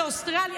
לאוסטרליה,